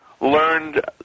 learned